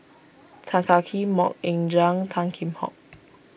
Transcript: Tan Kah Kee Mok Ying JangnTan Kheam Hock